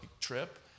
trip